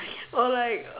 or like